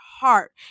heart